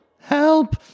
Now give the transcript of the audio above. help